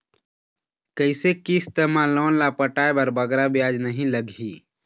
कइसे किस्त मा लोन ला पटाए बर बगरा ब्याज नहीं लगही?